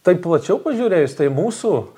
taip plačiau pažiūrėjus tai mūsų